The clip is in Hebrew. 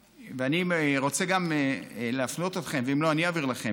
ואני רוצה גם להפנות אתכם, ואם לא, אני אעביר לכם.